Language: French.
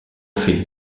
fait